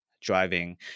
driving